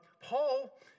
Paul